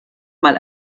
mal